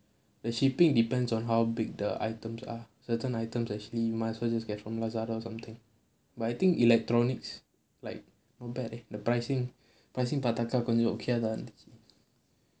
the shipping depends on how big the items are certain items actually might as well just get from Lazada or something but I think electronics like not bad leh the pricing pricing பார்த்தாக்கா கொஞ்சம்:paarthaakkaa konjam okay ah தான் இருந்துச்சு:thaan irunthuchchu